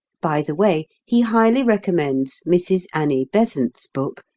by the way, he highly recommends mrs. annie besant's book,